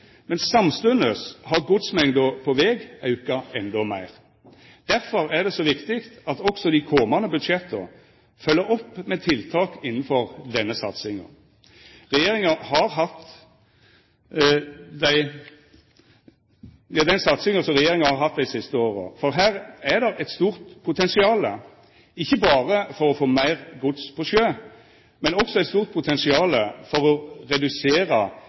men samstundes har godsmengda på veg auka endå meir. Derfor er det så viktig at også dei komande budsjetta følgjer opp med tiltak innanfor den satsinga regjeringa har hatt dei siste åra. Her er det eit stort potensial, ikkje berre for å få meir gods på sjø, men også eit stort potensial for å redusera